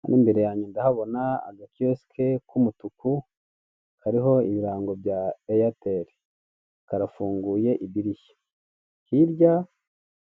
Hano imbere yange ndahabona agakiyosike k'umutuku, kariho ibirango bya eyateli karafunguye idirishya. Hirya